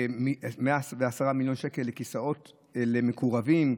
ו-110 מיליון שקל לכיסאות למקורבים,